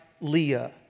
Leah